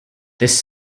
this